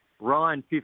Ryan